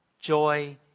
Joy